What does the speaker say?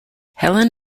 helen